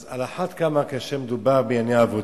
אז על אחת כמה כאשר מדובר בענייני עבודה.